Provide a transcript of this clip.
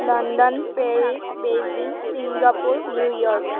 London পেৰিক Beijing Singapore New York